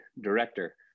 director